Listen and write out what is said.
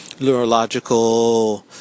neurological